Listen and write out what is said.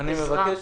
מבקש